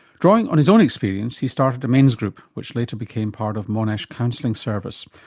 drawing on his own experience, he started a men's group, which later became part of monash counselling service.